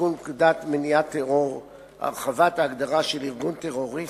לתיקון פקודת מניעת טרור (הרחבת ההגדרה של ארגון טרוריסטי),